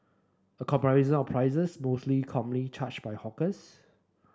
a comparison of prices mostly commonly charged by hawkers